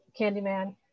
Candyman